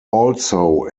also